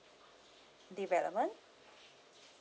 development